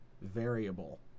variable